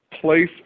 place